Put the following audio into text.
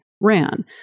ran